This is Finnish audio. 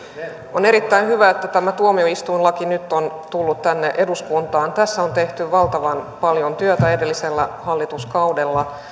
on erittäin hyvä että tämä tuomioistuinlaki nyt on tullut tänne eduskuntaan tässä on tehty valtavan paljon työtä edellisellä hallituskaudella